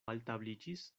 altabliĝis